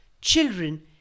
Children